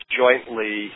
jointly